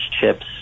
chips